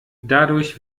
dadurch